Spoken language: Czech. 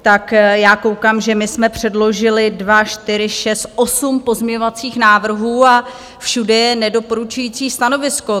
Tak já koukám, že my jsme předložili dva, čtyři, šest, osm pozměňovacích návrhů a všude je nedoporučující stanovisko.